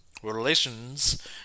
Relations